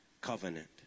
Covenant